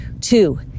Two